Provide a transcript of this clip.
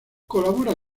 colabora